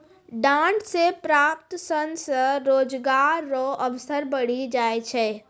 डांट से प्राप्त सन से रोजगार रो अवसर बढ़ी जाय छै